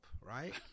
right